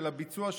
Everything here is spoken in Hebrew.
של הביצוע,